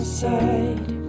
side